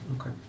Okay